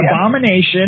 abomination